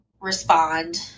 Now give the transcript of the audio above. respond